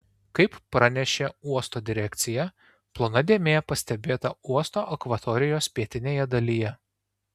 kaip pranešė uosto direkcija plona dėmė pastebėta uosto akvatorijos pietinėje dalyje